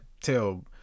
tell